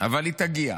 אבל היא תגיע.